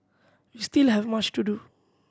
we still have much to do